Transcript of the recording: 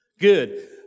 Good